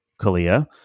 Kalia